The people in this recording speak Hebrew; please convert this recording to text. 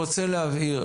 אני רוצה להבהיר,